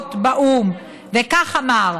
להבות באו"ם, וכך אמר: